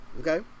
Okay